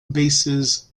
bases